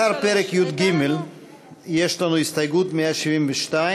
לאחר פרק י"ג יש לנו הסתייגות 172,